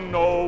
no